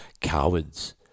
cowards